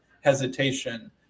hesitation